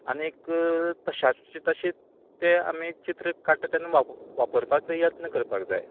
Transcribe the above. आनीक तश्याच्या तशें तें आमीं चित्र काडटा तेन्ना वाप वापरपाचो यत्न करपाक जाय